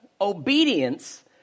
Obedience